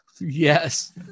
Yes